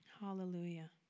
Hallelujah